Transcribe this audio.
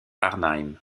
arnhem